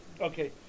okay